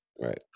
Right